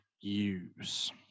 use